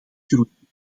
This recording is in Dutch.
groeien